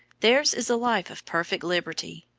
theirs is a life of perfect liberty,